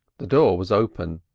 the door was open,